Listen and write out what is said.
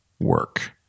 work